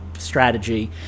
Strategy